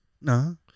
No